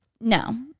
no